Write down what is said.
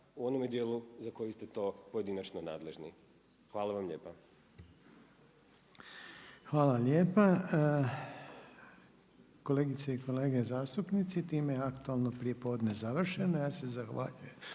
u onome djelu za koji ste to pojedinačno nadležni. Hvala vam lijepa. **Reiner, Željko (HDZ)** Hvala lijepa. Kolegice i kolege zastupnici time je aktualno prijepodne završeno. Ja se zahvaljujem